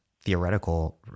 theoretical